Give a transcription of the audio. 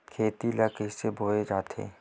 खेती ला कइसे बोय जाथे?